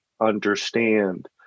understand